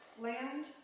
land